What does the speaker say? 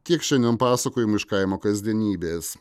tiek šiandien pasakojam iš kaimo kasdienybės